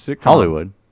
hollywood